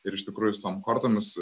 ir iš tikrųjų su tom kortomis